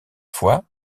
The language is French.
fois